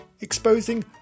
exposing